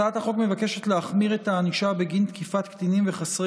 הצעת החוק מבקשת להחמיר את הענישה בגין תקיפת קטינים וחסרי